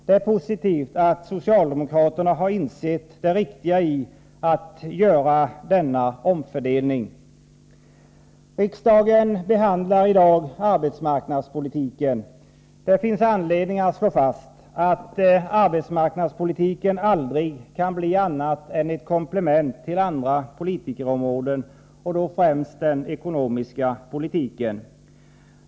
Det är positivt att socialdemokraterna börjat inse det riktiga i att göra en sådan omfördelning. Riksdagen behandlar i dag arbetsmarknadspolitiken. Det finns anledning att slå fast att arbetsmarknadspolitiken aldrig kan bli annat än ett komplement till andra politiska satsningar, främst till sådana som görs inom ramen för den ekonomiska politiken.